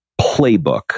playbook